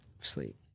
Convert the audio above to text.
Sleep